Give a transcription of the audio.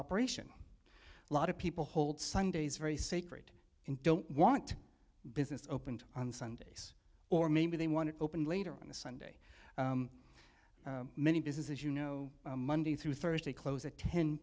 operation a lot of people hold sundays very sacred and don't want business opened on sundays or maybe they want to open later in the sunday many businesses you know monday through thursday close at ten